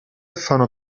fanno